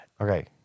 Okay